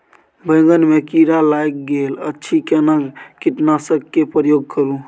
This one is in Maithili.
बैंगन में कीरा लाईग गेल अछि केना कीटनासक के प्रयोग करू?